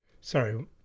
Sorry